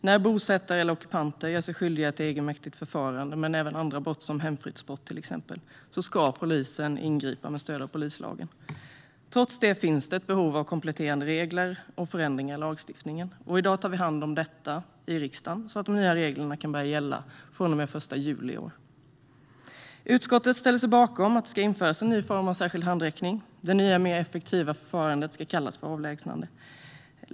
När bosättare eller ockupanter gör sig skyldiga till egenmäktigt förfarande men även andra brott, till exempel hemfridsbrott, ska polisen ingripa med stöd av polislagen. Trots det finns det ett behov av kompletterande regler och förändringar i lagstiftningen. I dag tar vi hand om detta i riksdagen så att de nya reglerna kan börja gälla från och med den 1 juli i år. Utskottet ställer sig bakom att det ska införas en ny form av särskild handräckning. Det nya och mer effektiva förfarandet ska kallas för avlägsnande.